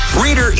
Reader